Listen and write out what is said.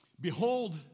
Behold